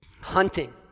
Hunting